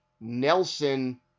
Nelson